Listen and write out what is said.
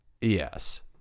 Yes